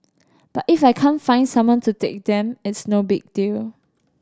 but if I can't find someone to take them it's no big deal